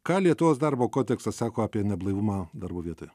ką lietuvos darbo kodeksas sako apie neblaivumą darbo vietoje